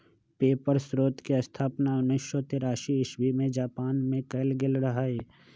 paper स्रोतके स्थापना उनइस सौ तेरासी इस्बी में जापान मे कएल गेल रहइ